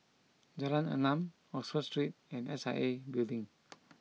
Jalan Enam Oxford Street and S I A Building